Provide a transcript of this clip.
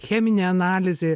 cheminė analizė